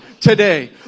today